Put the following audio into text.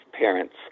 parents